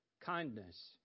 kindness